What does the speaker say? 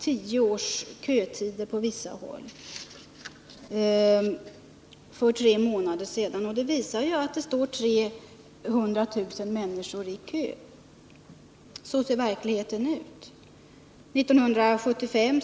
För tre månader sedan var det tio års kötider på vissa håll. Det visar sig att 300 000 människor står i kö; så ser verkligheten ut.